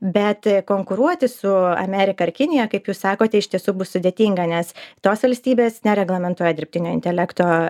bet konkuruoti su amerika ir kinija kaip jūs sakot iš tiesų bus sudėtinga nes tos valstybės nereglamentuoja dirbtinio intelekto